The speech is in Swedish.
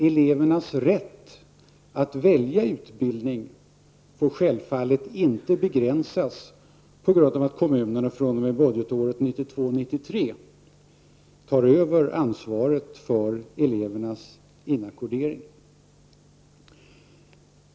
Elevernas rätt att välja utbildning får självfallet inte begränsas på grund av att kommunerna fr.o.m. budgetåret 1992/93 tar över ansvaret för elevernas inackordering.